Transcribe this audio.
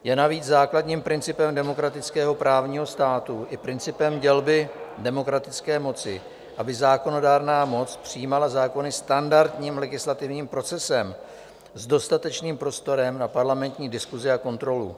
Je navíc základním principem demokratického právního státu i principem dělby demokratické moci, aby zákonodárná moc přijímala zákony standardním legislativním procesem s dostatečným prostorem na parlamentní diskusi a kontrolu.